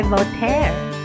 Voltaire